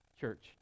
church